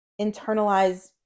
internalize